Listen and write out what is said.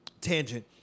tangent